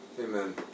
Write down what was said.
Amen